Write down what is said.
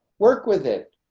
work with it.